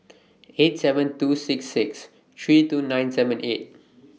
eight seven two six six three two nine seven eight